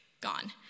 gone